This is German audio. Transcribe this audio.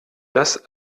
das